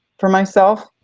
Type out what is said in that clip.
for myself.